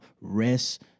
Rest